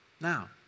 Now